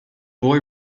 boy